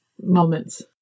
moments